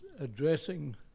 addressing